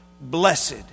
Blessed